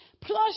plus